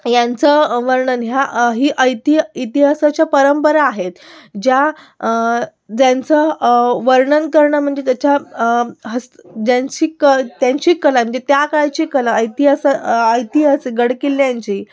यांचं वर्णन ह्या ही ऐति इतिहासाच्या परंपरा आहेत ज्या ज्यांचं वर्णन करणं म्हणजे त्याचा हस्त ज्यांची क त्यांची कला म्हणजे त्या काळची कला इतिहास ऐतिहासीक गडकिल्लांची